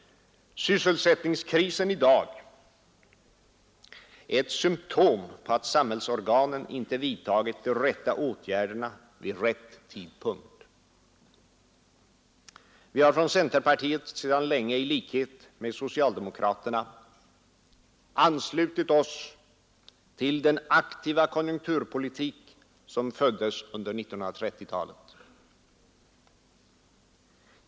Sysselsättningskrisen i dag är ett symtom på att samhällsorganen inte vidtagit de rätta åtgärderna vid rätt tidpunkt. Vi har från centerpartiet sedan länge i likhet med socialdemokraterna anslutit oss till den aktiva konjunkturpolitik som föddes under 1930-talet.